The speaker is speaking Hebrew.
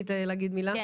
אני